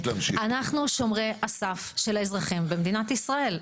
אנחנו שמרי הסף של האזרחים במדינת ישראל.